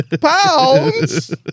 Pounds